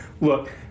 Look